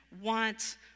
want